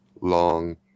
long